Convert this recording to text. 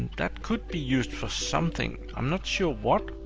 that could be used for something. i'm not sure what.